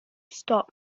stop